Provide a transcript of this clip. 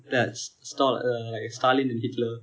ya it's like sta~ stalin and hitler